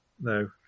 no